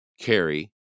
carry